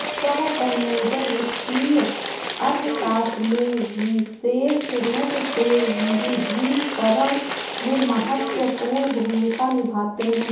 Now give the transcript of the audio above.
सहसंयोजक वित्तीय अर्थशास्त्र में विशेष रूप से विविधीकरण में महत्वपूर्ण भूमिका निभाते हैं